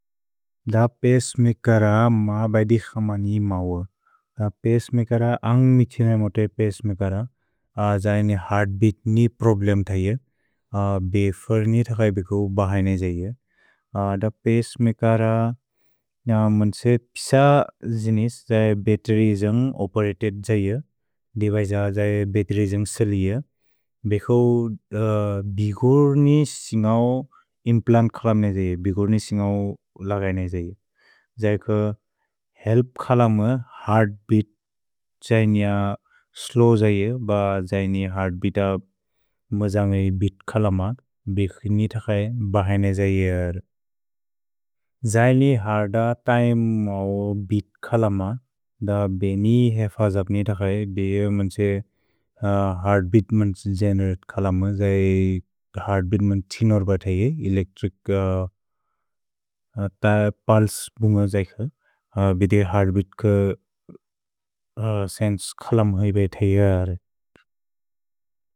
द प्स्मेकर म बैदि क्समनि मौअ। द प्स्मेकर अन्ग् मितिन इमोते प्स्मेकर। अ जैनि हेअर्त् बेअत् नि प्रोब्लेम् थैय। भ्फेर् नि थगै बिकु बहैन जैय। द प्स्मेकर मन्से पिस जिनिस् जै बतेरिजन्ग् ओपेरतेद् जैय। दिबज्ज जै बतेरिजन्ग् सेलिज। भ्कौ बिगुर् नि सिन्गौ इम्प्लन्त् क्सलम् ने जैय। भिगुर् नि सिन्गौ लगैन जैय। जैक हेल्प् क्सलम् म हेअर्त् बेअत् जैन स्लोव् जैय। भ जैनि हेअर्त् बेअत् अ म जन्गै बेअत् क्सलमत्। भ्क् नि थगै बहैन जैय। जैनि हेअर्त् अ तिमे अ बेअत् क्सलमत्। द ब्नि हैफ जप्नि थगै ब् मन्से हेअर्त् बेअत् मन्से जैनत् क्सलमत्। जै हेअर्त् बेअत् मन् तिनर् ब थैय। एलेच्त्रिच् पुल्से बुन्ग जैक। भिदे हेअर्त् बेअत् क सेन्से क्सलमहै बै थैय।